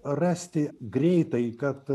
rasti greitai kad